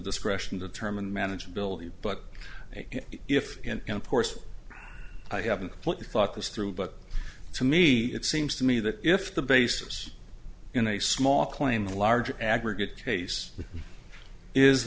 discretion determined manageability but if and of course i haven't thought this through but to me it seems to me that if the basis in a small claim a large aggregate case is